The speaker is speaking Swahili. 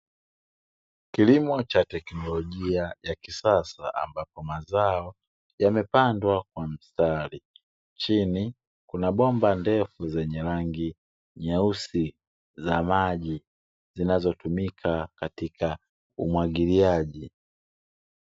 Kilimo cha teknolojia ya kisasa ambapo mazao yamepandwa kwa mstari. Chini kuna bomba ndefu zenye rangi nyeusi za maji zinazotumika katika umwagiliaji.